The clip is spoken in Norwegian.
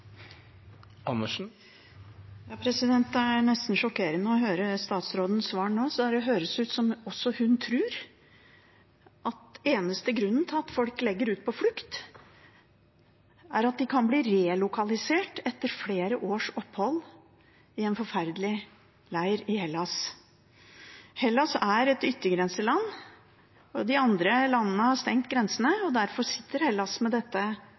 nesten sjokkerende å høre statsrådens svar nå. Det høres ut som også hun tror at den eneste grunnen til at folk legger ut på flukt, er at de kan bli relokalisert etter flere års opphold i en forferdelig leir i Hellas. Hellas er et yttergrenseland. De andre landene har stengt grensene, og derfor sitter Hellas med